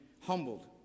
humbled